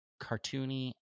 cartoony